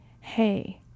hey